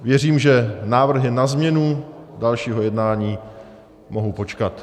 Věřím, že návrhy na změnu dalšího jednání mohou počkat.